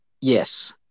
yes